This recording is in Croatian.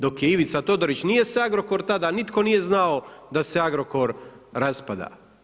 Dok je Ivica Todorić, nije se Agrokor tada, nitko nije znao, da se Agrokor raspada.